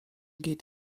geht